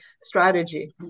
strategy